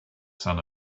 sun